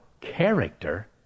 character